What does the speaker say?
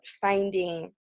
finding